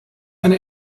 eine